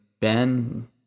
Ben